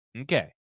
Okay